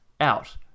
out